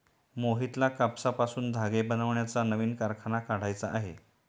मोहितला कापसापासून धागे बनवण्याचा नवीन कारखाना काढायचा आहे